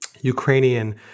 Ukrainian